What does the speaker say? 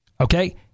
Okay